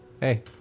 Hey